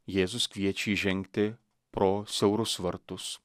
jėzus kviečia įžengti pro siaurus vartus